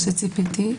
מה שציפיתי,